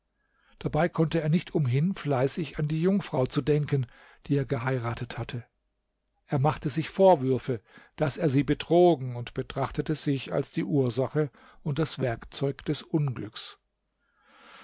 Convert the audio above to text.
dabei konnte er nicht umhin fleißig an die jungfrau zu denken die er geheiratet hatte er machte sich vorwürfe daß er sie betrogen und betrachtete sich als die ursache und das werkzeug des unglücks